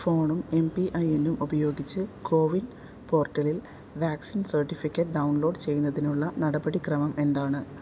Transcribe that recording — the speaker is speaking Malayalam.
ഫോണും എം പി ഐ എനും ഉപയോഗിച്ച് കോവിൻ പോർട്ടലിൽ വാക്സിൻ സേട്ടിഫിക്കറ്റ് ഡൗൺലോഡ് ചെയ്യുന്നതിനുള്ള നടപടിക്രമം എന്താണ്